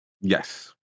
Yes